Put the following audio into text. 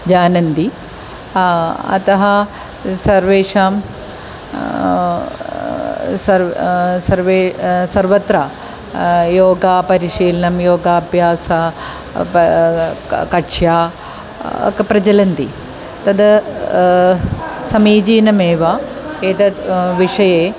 जानन्ति अतः सर्वेषां सर्व् सर्वे सर्वत्र योगापरिशीलनं योगाभ्यासस्य कक्षाः प्रचलन्ति तद् समीचीनमेव एतत् विषये